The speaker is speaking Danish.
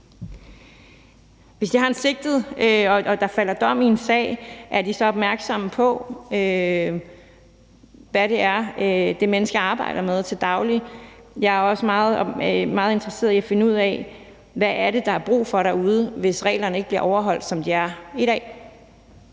hvis de har en sigtet og der falder dom i en sag, er opmærksomme på, hvad det menneske arbejder med til daglig. Jeg er også meget interesseret i at finde ud af, hvad det er, der er brug for derude, hvis reglerne, som de er i dag,